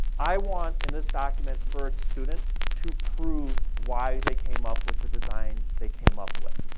i want, in this document, for a student to prove why they came up with the design they came up with.